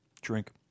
Drink